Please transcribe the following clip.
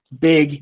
big